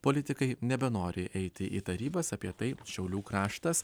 politikai nebenori eiti į tarybas apie tai šiaulių kraštas